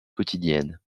quotidienne